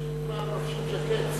אנשים כבר לובשים ז'קט.